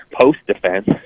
post-defense